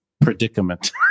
predicament